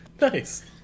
nice